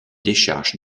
décharge